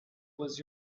was